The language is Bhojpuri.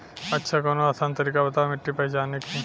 अच्छा कवनो आसान तरीका बतावा मिट्टी पहचाने की?